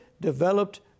developed